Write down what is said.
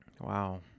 Wow